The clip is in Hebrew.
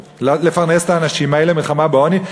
לפרנס את האנשים האלה, מלחמה בעוני?